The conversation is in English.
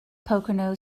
pocono